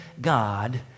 God